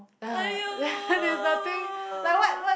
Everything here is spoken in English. ai yo